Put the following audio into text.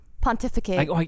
pontificate